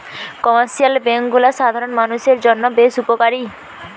commercial bank গুলা সাধারণ মানুষের জন্য বেশ উপকারী